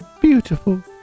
Beautiful